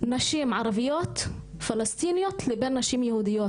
נשים ערביות פלסטיניות לבין נשים יהודיות,